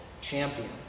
champion